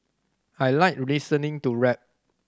I like listening to rap